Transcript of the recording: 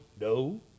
no